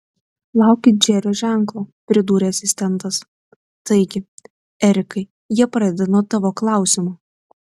laukit džerio ženklo pridūrė asistentas taigi erikai jie pradeda nuo tavo klausimo